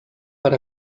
per